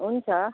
हुन्छ